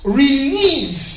release